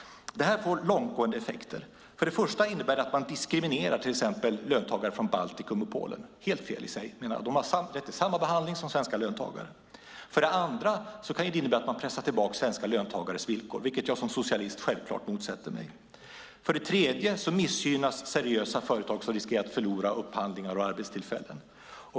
Det här leder till långtgående konflikter. För det första innebär det att man diskriminerar till exempel löntagare från Baltikum och Polen. Helt fel i sig. De har rätt till samma behandling som svenska löntagare. För det andra kan det innebära att man pressar tillbaka svenska löntagares villkor, vilket jag som socialist självklart motsätter mig. För det tredje missgynnas seriösa företag som riskerar att förlora upphandlingar och arbetstillfällen.